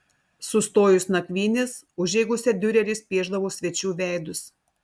sustojus nakvynės užeigose diureris piešdavo svečių veidus